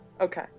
Okay